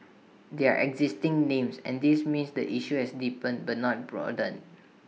they are existing names and this means the issue has deepened but not broadened